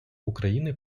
україни